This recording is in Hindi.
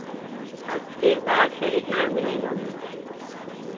अबकी बार सही माल मिलेगा मैम